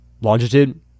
longitude